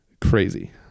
Crazy